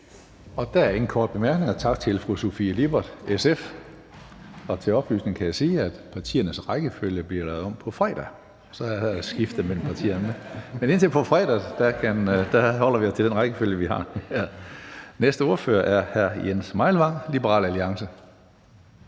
Der er ingen korte bemærkninger, så vi siger tak til fru Sofie Lippert, SF. Til oplysning kan jeg sige, at partiernes rækkefølge bliver lavet om på fredag. Men indtil på fredag holder vi os til den rækkefølge, vi har her. Næste ordfører er hr. Jens Meilvang, Liberal Alliance.